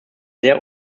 sehr